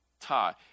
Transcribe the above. tie